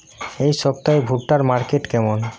এই সপ্তাহে ভুট্টার মার্কেট কেমন?